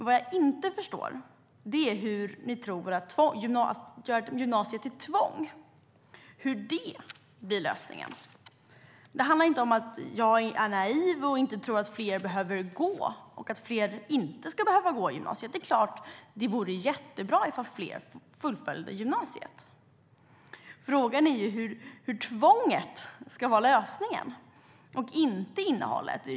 Vad jag inte förstår är hur ni tror att gymnasiet som tvång blir lösningen. Det handlar inte om att jag är naiv och inte tror att fler behöver gå eller att fler inte ska behöva gå i gymnasiet. Det är klart att det vore jättebra ifall fler fullföljer gymnasiet. Frågan är hur tvånget och inte innehållet ska vara lösningen.